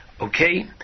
Okay